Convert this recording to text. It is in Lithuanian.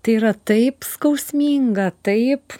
tai yra taip skausminga taip